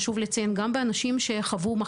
אני לא חושב שצריך לקרוא לכל הציבור להיבדק.